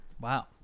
Wow